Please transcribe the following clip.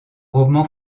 roman